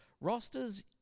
rosters